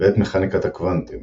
ואת מכניקת הקוואנטים